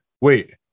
Wait